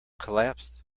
collapsed